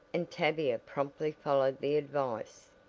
and tavia promptly followed the advice.